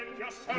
and just